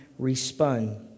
respun